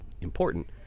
important